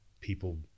people